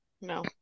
No